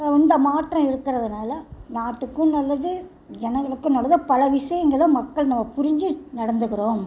இந்த மாற்றம் இருக்கறதுனால் நாட்டுக்கும் நல்லது ஜனங்களுக்கும் நல்லது பல விஷயங்கள மக்கள் நம்ம புரிஞ்சு நடந்துக்கிறோம்